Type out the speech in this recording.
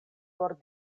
por